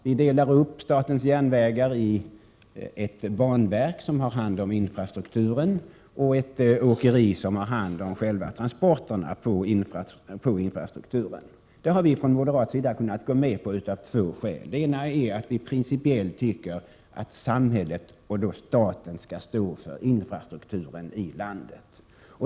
Vi delar upp SJ i ett banverk, som har hand om infrastrukturen, och ett åkeri, som har hand om själva transporterna. Vi har från moderat sida kunnat gå med på detta av två skäl. Det ena skälet är att vi principiellt tycker att samhället, och då staten, skall stå för infrastrukturen i landet.